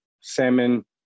salmon